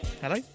Hello